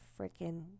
freaking